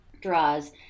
draws